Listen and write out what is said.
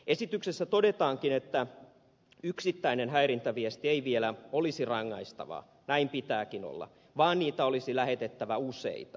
esityksessä todetaankin että yksittäinen häirintäviesti ei vielä olisi rangaistavaa näin pitääkin olla vaan niitä olisi lähetettävä useita